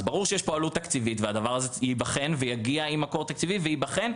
אז ברור שיש פה עלות תקציבית והדבר הזה יגיע עם מקור תקציבי וייבחן.